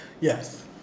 yes